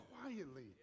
quietly